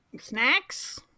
snacks